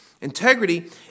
Integrity